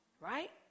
right